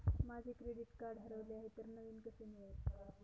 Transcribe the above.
माझे credit card हरवले आहे तर नवीन कसे मिळेल?